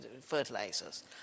fertilizers